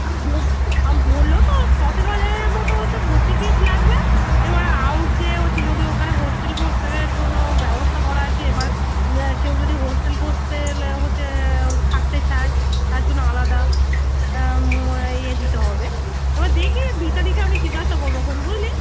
আর বো আর বলল তো সতেরো হাজারের মতো হচ্ছে ভর্তি ফিজ লাগবে এবার আউট যে হচ্ছে যদি ওখানে হোস্টেল ফোস্টেলের জন্য ব্যবস্থা করা আছে এবার কেউ যদি হোস্টেল ফোস্টেল হচ্ছে থাকতে চায় তার জন্য আলাদা ইয়ে দিতে হবে এবার দেখি রিতাদিকে আমি জিজ্ঞাসা করবখন বুঝলি